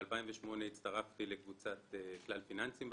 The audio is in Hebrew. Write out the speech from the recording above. ב-2008 הצטרפתי לקבוצת כלל פיננסים.